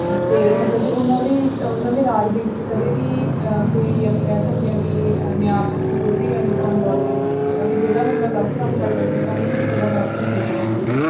ਅਤੇ ਮਤਲਬ ਕਿ ਉਨ੍ਹਾਂ ਦੀ ਉਨ੍ਹਾਂ ਦੇ ਰਾਜ ਦੇ ਵਿੱਚ ਕਦੇ ਵੀ ਕੋਈ ਆਪਾਂ ਕਹਿ ਸਕਦੇ ਹਾਂ ਵੀ ਨਿਆਂ ਪੱਖੋਂ ਕੋਈ ਵੀ ਅਣ ਅਣਗੋਲਿਆਂ ਨਹੀਂ ਗਿਆ ਹੈਗਾ ਵੀ ਜਿਹੜਾ ਬੰਦਾ ਗਲਤ ਕੰਮ ਕਰਦਾ ਸੀ ਤਾਂ ਉਹਨੂੰ ਉਹਦੀ ਸਜ਼ਾ ਬਰਾਬਰ ਮਿਲਦੀ ਸੀਗੀ